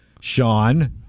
Sean